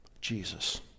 Jesus